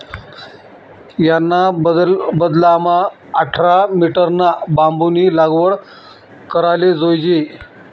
याना बदलामा आठरा मीटरना बांबूनी लागवड कराले जोयजे